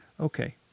Okay